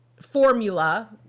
formula